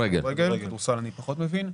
בכדורסל אני פחות מבין.